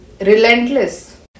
relentless